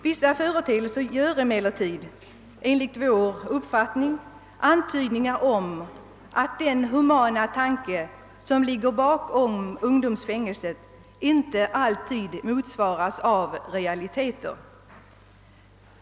Vissa företeelser ger emellertid enligt vår uppfattning antydningar om att den humana tanke, som ligger bakom ungdomsfängelset, inte alltid motsvaras av realiteter.